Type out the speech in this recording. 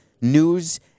news